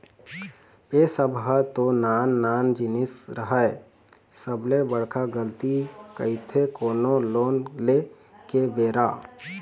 ए सब ह तो नान नान जिनिस हरय सबले बड़का गलती करथे कोनो लोन ले के बेरा